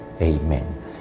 Amen